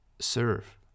serve